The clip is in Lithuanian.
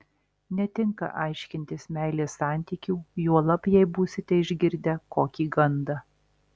netinka aiškintis meilės santykių juolab jei būsite išgirdę kokį gandą